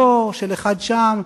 נמצאים,